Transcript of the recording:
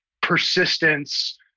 persistence